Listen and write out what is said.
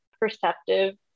perceptive